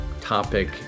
topic